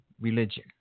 religion